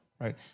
right